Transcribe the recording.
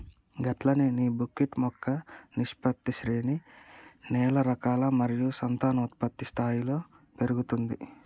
గట్లనే నీ బుక్విట్ మొక్క విస్తృత శ్రేణి నేల రకాలు మరియు సంతానోత్పత్తి స్థాయిలలో పెరుగుతుంది